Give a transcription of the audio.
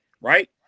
right